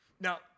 Now